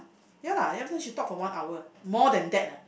ya lah then after she talked for one hour more than that ah